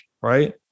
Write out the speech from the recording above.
right